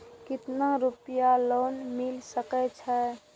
केतना रूपया लोन मिल सके छै?